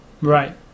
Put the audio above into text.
right